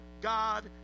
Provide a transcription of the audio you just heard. God